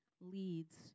leads